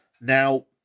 Now